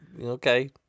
Okay